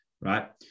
right